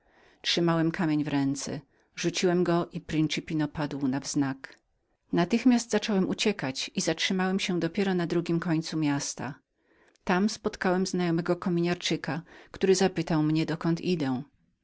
trzymałem kamień w ręce rzuciłem go i principino padł na wznak natychmiast zacząłem uciekać i zatrzymałem się dopiero na drugim końcu miasta tam spotkałem małego znajomego mi kominiarczyka który zapytał mnie dokąd